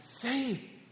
Faith